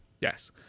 Yes